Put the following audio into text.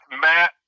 matt